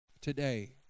today